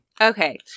Okay